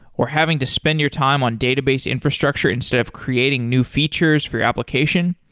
or having to spend your time on database infrastructure instead of creating new features for your application?